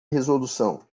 resolução